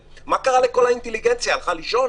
מה קרה לכל האינטליגנציה של עם הספר, הלכה לישון?